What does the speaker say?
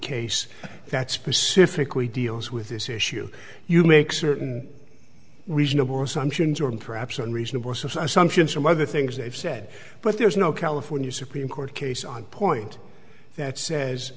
case that specifically deals with this issue you make certain reasonable assumptions or perhaps unreasonable so some ships from other things they've said but there's no california supreme court case on point that says